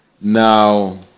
Now